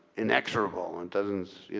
inextricable, and doesn't